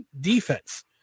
defense